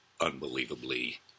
unbelievably